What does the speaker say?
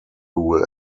rule